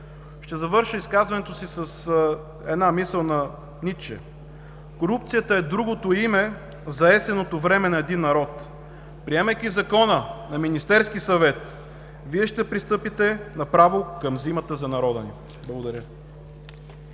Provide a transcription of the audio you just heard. Ще завърша изказването си с една мисъл на Ницше: „Корупцията е другото име за есенното време на един народ“. Приемайки Закона на Министерски съвет, Вие ще пристъпите направо към „зимата“ за народа ни. Благодаря.